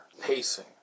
pacing